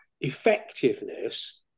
effectiveness